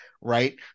right